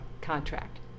contract